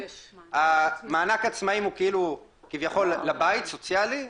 מענק עצמאים, הוא כביכול לבית, סוציאלי.